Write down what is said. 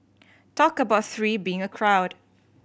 talk about three being a crowd